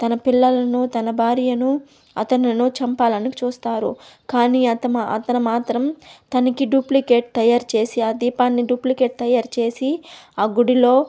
తన పిల్లల్ను తన భార్యను అతనును చంపాలని చూస్తారు కానీ అతను మాత్రం తనకి డూప్లికేట్ తయారు చేసి ఆ దీపాన్ని డూప్లికేట్ తయారు వ్